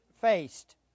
faced